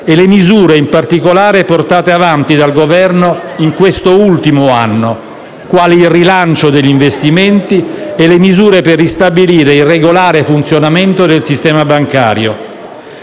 le misure portate avanti dal Governo in questo ultimo anno, quali il rilancio degli investimenti e le misure per ristabilire il regolare funzionamento del sistema bancario.